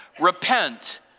repent